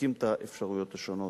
בודקים את האפשרויות השונות.